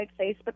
Facebook